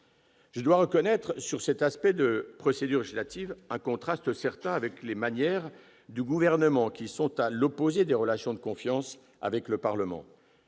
Je dois reconnaître, sur cet aspect de procédure législative, un contraste certain avec les manières du Gouvernement, qui sont à l'opposé de relations de confiance avec le Parlement,